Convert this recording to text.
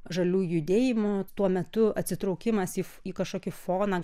žaliųjų judėjimo tuo metu atsitraukimas į į kažkokį foną